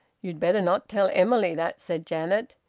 you'd better not tell emily that, said janet.